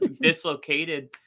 dislocated